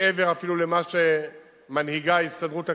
מעבר אפילו למה שמנהיגה ההסתדרות הכללית,